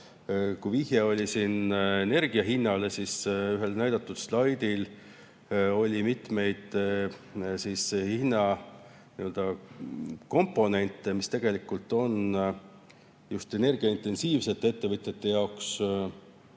Siin oli viide energia hinnale. Ühel näidatud slaidil oli mitmeid hinnakomponente, mis tegelikult on just energiaintensiivsete ettevõtete jaoks